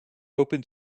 open